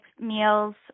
meals